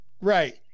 Right